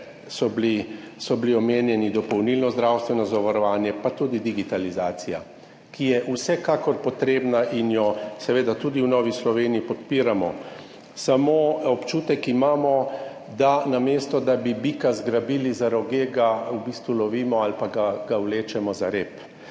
so bili omenjeni dopolnilno zdravstveno zavarovanje, pa tudi digitalizacija, ki je vsekakor potrebna in jo seveda tudi v Novi Sloveniji podpiramo. Samo občutek imamo, da namesto, da bi bika zgrabili za roge, ga v bistvu lovimo ali pa ga vlečemo za rep.